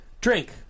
Drink